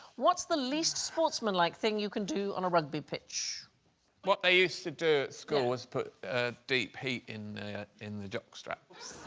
what's the least sportsmanlike thing you can do on a rugby pitch what they used to do at school was put deep heat in in the dock straps